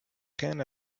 rien